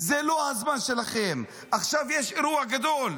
זה לא הזמן שלכם, עכשיו יש אירוע גדול.